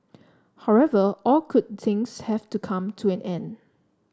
however all good things have to come to an end